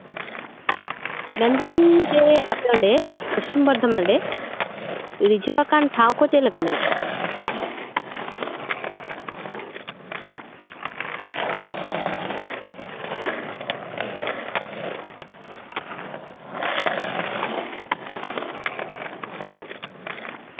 ᱢᱮᱱ ᱮᱫᱟᱞᱤᱧ ᱡᱮ ᱟᱯᱮ ᱚᱸᱰᱮ ᱯᱚᱥᱪᱷᱤᱢ ᱵᱚᱨᱫᱷᱚᱢᱟᱱ ᱨᱮ ᱨᱤᱡᱷᱟᱹᱣ ᱟᱠᱟᱱ ᱴᱷᱟᱶ ᱠᱚ ᱪᱮᱫ ᱞᱮᱠᱟ ᱢᱮᱱᱟᱜᱼᱟ